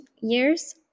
years